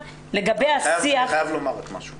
אני חייב לומר לך משהו